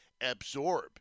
absorb